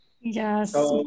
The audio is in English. Yes